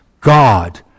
God